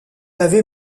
avait